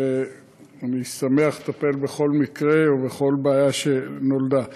ואני שמח לטפל בכל מקרה ובכל בעיה שנולדה.